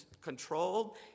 controlled